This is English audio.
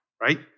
right